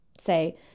say